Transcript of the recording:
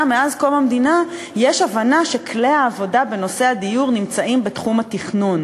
מאז קום המדינה יש הבנה שכלי העבודה בנושא הדיור נמצאים בתחום התכנון,